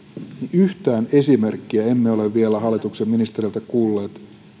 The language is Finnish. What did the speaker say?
yhtään esimerkkiä emme ole vielä hallituksen ministereiltä kuulleet